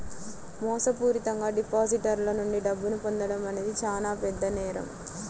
మోసపూరితంగా డిపాజిటర్ల నుండి డబ్బును పొందడం అనేది చానా పెద్ద నేరం